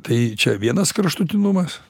tai čia vienas kraštutinumas